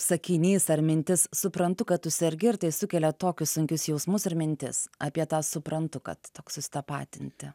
sakinys ar mintis suprantu kad tu sergi ir tai sukelia tokius sunkius jausmus ir mintis apie tą suprantu kad toks susitapatinti